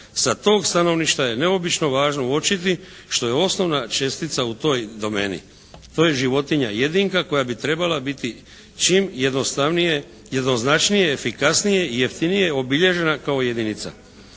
Sa tog stanovišta je neobično važno uočiti što je osnovna čestica u toj domeni, to je životinja jedinka koja bi trebala biti čim jednostavnije, jednoznačnije, efikasnije i jeftinije obilježena kao jedinica.